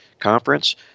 Conference